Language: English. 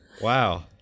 Wow